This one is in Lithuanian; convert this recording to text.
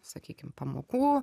sakykim pamokų